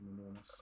enormous